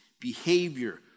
behavior